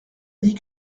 dit